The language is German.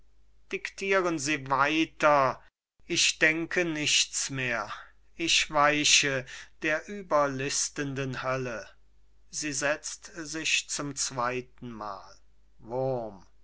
dictieren sie weiter ich denke nichts mehr ich weiche der überlistenden hölle sie setzt sich zum zweitenmal wurm